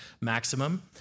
maximum